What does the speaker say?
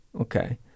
Okay